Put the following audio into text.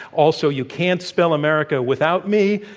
also, you can't spell america without me,